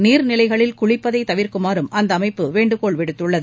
நீா்நிலைகளில் குளிப்பதைதவிா்க்குமாறும் அந்தஅமைப்பு வேண்டுகோள் விடுத்துள்ளது